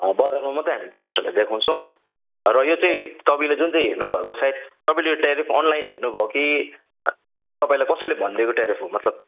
बजारमा मात्रै हामी टुरिस्टहरूलाई देखाउँछौँ र यो चाहिँ तपाईँले जुन चाहिँ हेर्नुभएको साइड तपाईँले यो टेरिफ अनलाइन हेर्नु भयो कि तपाईँलाई कसैले भनिदिएको टेरिफ हो मतलब